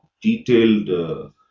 detailed